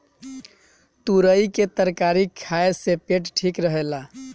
तुरई के तरकारी खाए से पेट ठीक रहेला